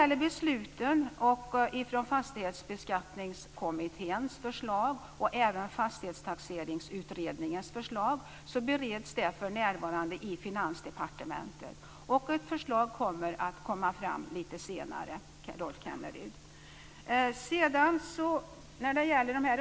Förslagen från Fastighetsbeskattningskommittén och Fastighetstaxeringsutredningen bereds för närvarande i Finansdepartementet. Ett förslag kommer lite senare, Rolf Kenneryd.